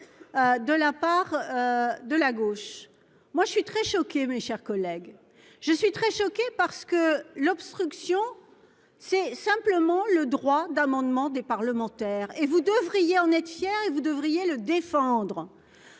De la part. De la gauche. Moi je suis très choqué, mes chers collègues, je suis très choqué parce que l'obstruction. C'est simplement le droit d'amendement des parlementaires et vous devriez en être fier, et vous devriez le défendre.